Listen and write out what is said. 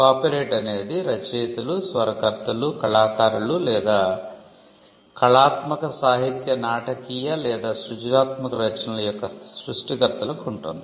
copyright అనేది రచయితలు స్వరకర్తలు కళాకారులు లేదా కళాత్మక సాహిత్య నాటకీయ లేదా సృజనాత్మక రచనల యొక్క సృష్టికర్తలకు ఉంటుంది